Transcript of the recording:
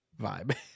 vibe